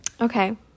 Okay